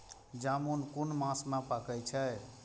जामून कुन मास में पाके छै?